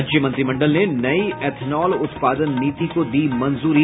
राज्य मंत्रिमंडल ने नई इथेनॉल उत्पादन नीति को दी मंजूरी